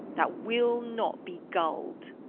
that will not be gull'd?